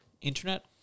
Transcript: internet